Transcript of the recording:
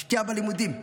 השקיע בלימודים,